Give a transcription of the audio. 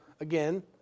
again